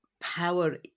power